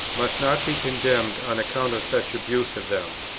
must not be condemned on account of such abuse of them.